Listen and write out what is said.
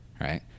Right